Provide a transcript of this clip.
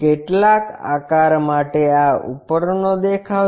કેટલાક આકાર માટે આ ઉપરનો દેખાવ છે